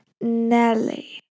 Nelly